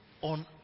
on